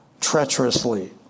treacherously